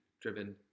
driven